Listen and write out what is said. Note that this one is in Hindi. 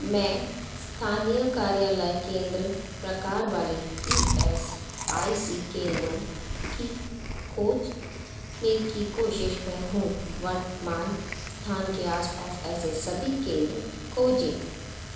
मैं स्थानीय कार्यालय केंद्र प्रकार वाले ई एस आय सी केंद्रो की खोज ने की कोशिश में हूँ वर्तमान स्थान के आसपास ऐसे सभी केंद्र खोजें